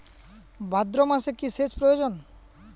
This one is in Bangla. ভাদ্রমাসে কি সেচ প্রয়োজন?